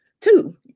Two